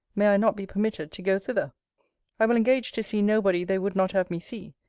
may i not be permitted to go thither? i will engage to see nobody they would not have me see,